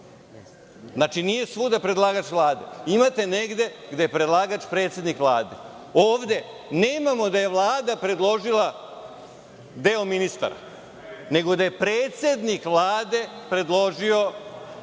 znači, nije svuda predlagač Vlada. Imate negde gde je predlagač predsednik Vlade. Ovde nemamo da je Vlada predložila deo ministara, nego da je predsednik Vlade predložio